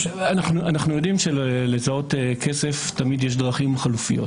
אנחנו יודעים בזיהוי כסף שתמיד יש דרכים חלופיות.